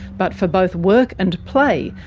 but for both work and play,